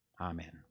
Amen